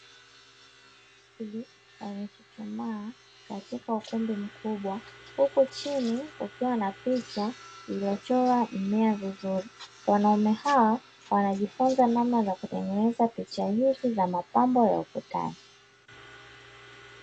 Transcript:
Wanaume wawili wamechuchumaa katika ukumbi mkubwa, huku chini kukiwa na picha iliyochorwa mmea vizuri. Wanaume hawa wanajifunza namna ya kutengeneza picha hizi za mapambo ya ukutani.